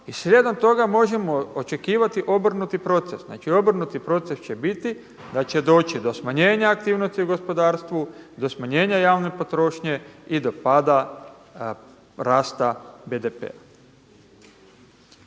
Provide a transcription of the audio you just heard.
i slijedom toga možemo očekivati obrnuti proces. Znači obrnuti proces će biti da će doći do smanjenja aktivnosti u gospodarstvu, do smanjenja javne potrošnje i do pada rasta BDP-a.